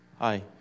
Hi